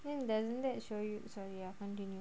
then doesn't that show you sorry ya continue